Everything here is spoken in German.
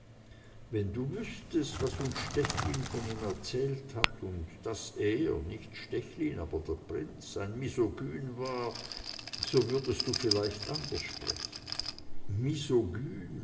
wenn du wüßtest was uns stechlin von ihm erzählt hat und daß er nicht stechlin aber der prinz ein misogyne war so würdest du vielleicht anders sprechen